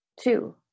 two